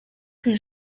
plus